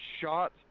shot